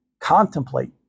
contemplate